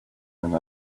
and